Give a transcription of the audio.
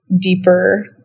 deeper